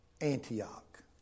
Antioch